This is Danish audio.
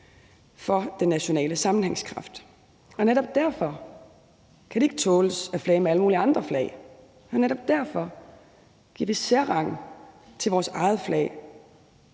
for den nationale sammenhængskraft. Netop derfor kan det at flage med alle mulige andre flag ikke tåles, og netop derfor giver vi særrang til vores eget flag,